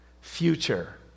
future